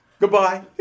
Goodbye